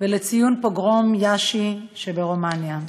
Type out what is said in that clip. ולפוגרום יאשי שברומניה.